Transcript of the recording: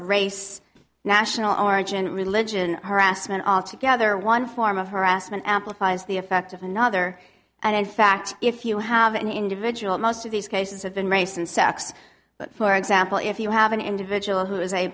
race national origin religion harassment all together one form of harassment amplifies the effect of another and in fact if you have an individual most of these cases have been race and sex but for example if you have an individual who i